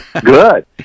Good